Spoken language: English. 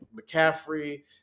McCaffrey